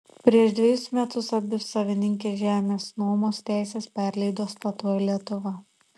prieš dvejus metus abi savininkės žemės nuomos teises perleido statoil lietuva